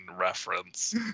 reference